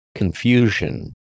Confusion